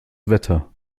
wetter